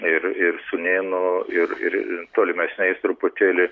ir ir sūnėnu ir ir tolimesniais truputėlį